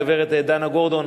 הגברת דנה גורדון,